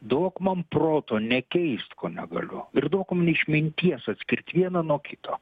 duok man proto nekeist ko negaliu ir duok man išminties atskirt vieną nuo kito